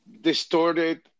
distorted